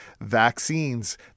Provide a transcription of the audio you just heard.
vaccines